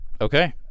Okay